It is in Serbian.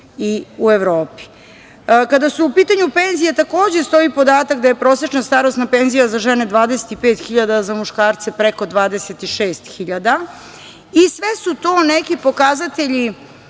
i u Evropi. Kada su u pitanju penzije takođe stoji podatak da je prosečna starosna penzija za žene 25.000, a za muškarce preko 26.000. Sve su te neki pokazatelji